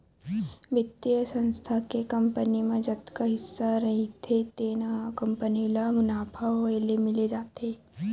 बित्तीय संस्था के कंपनी म जतका हिस्सा रहिथे तेन ह कंपनी ल मुनाफा होए ले मिल जाथे